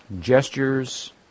gestures